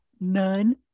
none